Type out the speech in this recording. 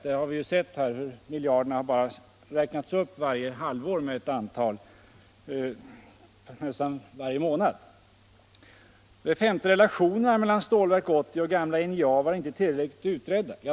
Vi har sett hur summan räknats upp varje halvår — ja, nästan varje månad — med ett antal miljarder. För det femte var relationerna mellan Stålverk 80 och gamla NJA inte tillräckligt utredda.